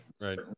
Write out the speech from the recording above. right